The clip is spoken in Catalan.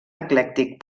eclèctic